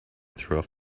through